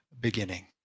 beginning